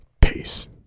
Peace